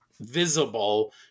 visible